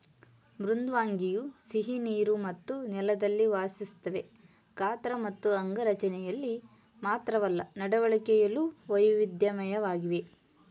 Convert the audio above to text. ಮೃದ್ವಂಗಿಯು ಸಿಹಿನೀರು ಮತ್ತು ನೆಲದಲ್ಲಿ ವಾಸಿಸ್ತವೆ ಗಾತ್ರ ಮತ್ತು ಅಂಗರಚನೆಲಿ ಮಾತ್ರವಲ್ಲ ನಡವಳಿಕೆಲು ವೈವಿಧ್ಯಮಯವಾಗಿವೆ